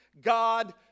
God